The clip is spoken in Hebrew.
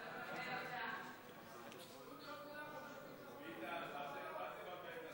סעיף 1, כהצעת הוועדה